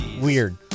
weird